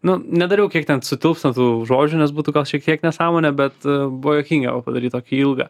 nu nedariau kiek ten sutilps ten tų žodžių nes būtų gal šiek tiek nesąmonė bet buvo juokinga va padaryti tokį ilgą